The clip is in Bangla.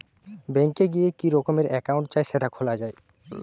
ব্যাঙ্ক এ গিয়ে কি রকমের একাউন্ট চাই সেটা খোলা যায়